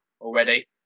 already